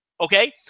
okay